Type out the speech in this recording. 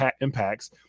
impacts